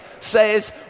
says